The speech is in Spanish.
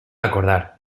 acordar